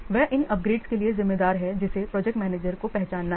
वह इन अपग्रेड के लिए जिम्मेदार है जिसे प्रोजेक्ट मैनेजर को पहचानना है